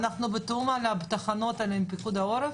אנחנו בתיאום על התחנות עם פיקוד העורף?